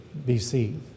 BC